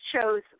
shows